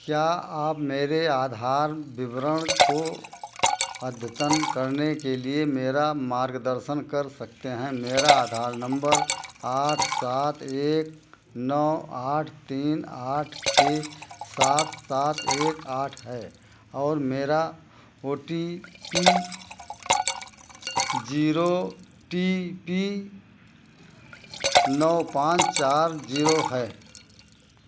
क्या आप मेरे आधार विवरण को अद्यतन करने के लिए मेरा मार्गदर्शन कर सकते हैं मेरा आधार नम्बर आठ सात एक नौ आठ तीन आठ छः सात सात एक आठ है और मेरे O T P zero T E नौ पाँच चार जीरो है